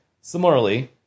Similarly